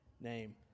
name